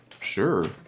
sure